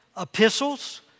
epistles